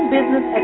Business